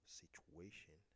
situation